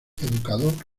educador